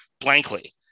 blankly